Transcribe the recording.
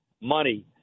money